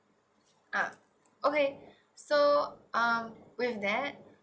ah okay so um with that